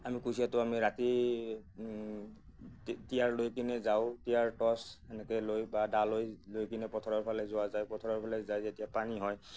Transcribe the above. আমি কুচিয়াটো আমি ৰাতি টিয়াৰ লৈ কিনে যাওঁ টিয়াৰ টৰ্ছ এনেকৈ লৈ বা দা লৈ লৈ কিনে পথাৰৰ ফালে যোৱা যায় পথাৰৰ ফালে যায় যেতিয়া পানী হয়